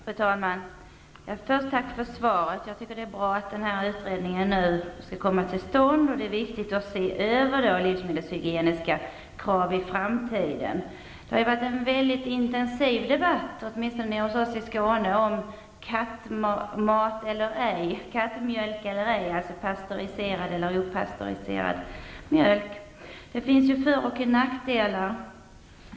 Fru talman! Jag vill först tacka för svaret. Jag tycker att det är bra att utredningen nu kommer till stånd, och jag tycker att det är viktigt att då se över de livsmedelshygieniska kraven i framtiden. Det har ju varit en mycket intensiv debatt, åtminstone hos oss nere i Skåne, som gällt kattmjölk eller ej, alltså pastöriserad eller opastöriserad mjölk. Det finns fördelar och nackdelar.